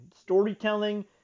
Storytelling